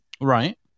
Right